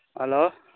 hello